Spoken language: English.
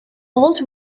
old